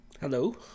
Hello